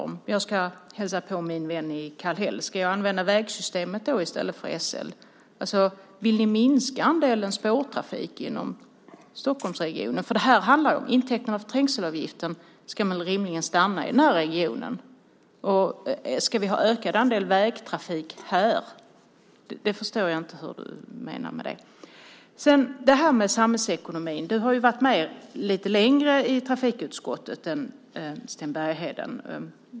Ska jag använda vägsystemet i stället för SL om jag ska hälsa på min vän i Kallhäll? Vill ni minska andelen spårtrafik i Stockholmsregionen? Intäkterna från trängselavgiften ska väl rimligen stanna i den här regionen. Ska vi ha en ökad andel vägtrafik här? Jag förstår inte vad du menar med det. Sedan har vi detta med samhällsekonomin. Du har ju varit med lite längre i trafikutskottet än Sten Bergheden.